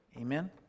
Amen